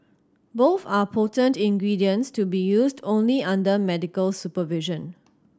both are potent ingredients to be used only under medical supervision